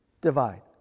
divide